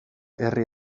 herri